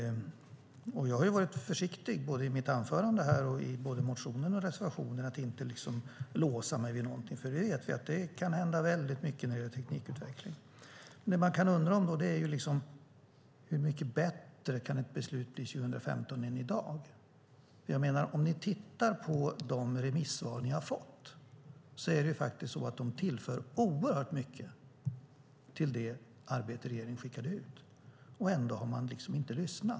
Jag har varit försiktig i mitt anförande, i motionen och i reservationen för att inte låsa mig vid någonting, för vi vet att det kan hända mycket när det gäller teknikutveckling. Det man kan undra är: Hur mycket bättre kan ett beslut bli 2015 än i dag? Ni kan titta på de remissvar ni har fått. De tillför faktiskt oerhört mycket till det arbete regeringen skickade ut. Ändå har man inte lyssnat.